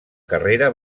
carrera